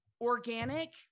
organic